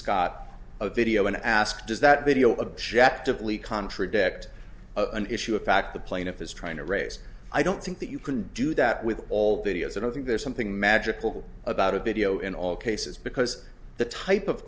scott a video and i asked does that video objective lee contradict an issue of fact the plaintiff is trying to raise i don't think that you can do that with all videos and i think there's something magical about a video in all cases because the type of